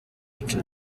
icyo